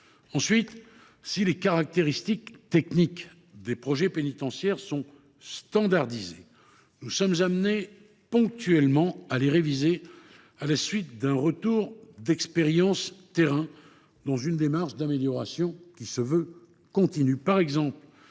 Ensuite, si les caractéristiques techniques des projets pénitentiaires sont standardisées, nous sommes amenés à les réviser ponctuellement à la suite d’un retour d’expérience du terrain, dans une démarche d’amélioration qui se veut continue.